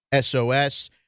SOS